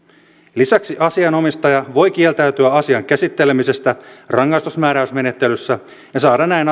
lisäksi asianomistaja voi kieltäytyä asian käsittelemisestä rangaistusmääräysmenettelyssä ja saada näin